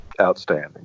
outstanding